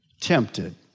tempted